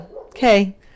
Okay